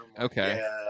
okay